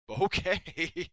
okay